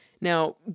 Now